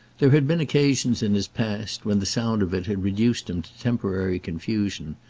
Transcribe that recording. there had been occasions in his past when the sound of it had reduced him to temporary confusion,